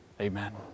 Amen